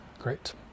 Great